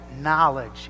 knowledge